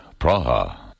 Praha